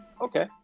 okay